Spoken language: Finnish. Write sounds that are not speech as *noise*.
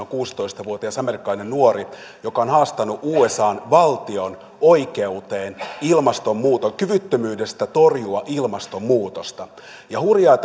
*unintelligible* kuusitoista vuotias amerikkalainen nuori joka on haastanut usan valtion oikeuteen kyvyttömyydestä torjua ilmastonmuutosta hurjaa *unintelligible*